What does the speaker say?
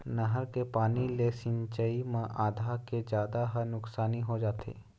नहर के पानी ले सिंचई म आधा के जादा ह नुकसानी हो जाथे